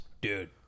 dude